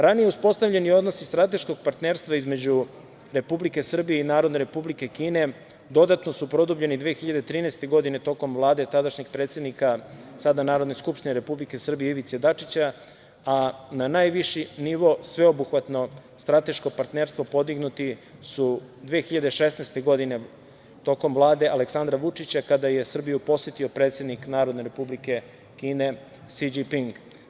Ranije uspostavljeni odnosi strateškog partnerstva između Republike Srbije i Narodne Republike Kine dodatno su produbljeni 2013. godine tokom vlade tadašnjeg predsednika, sada Narodne skupštine, Ivice Dačića, a na najviši nivo sveobuhvatno strateško partnerstvo podignuti su 2016. godine, tokom vlade Aleksandra Vučića, kada je Srbiju posetio predsednik Narodne Republike Kine, Si Đinping.